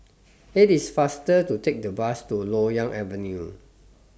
IT IS faster to Take The Bus to Loyang Avenue